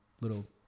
little